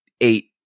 eight